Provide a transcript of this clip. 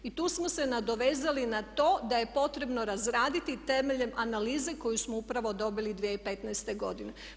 I tu smo se nadovezali na to da je potrebno razraditi temeljem analize koju smo upravo dobili 2015. godine.